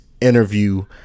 interview